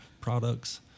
products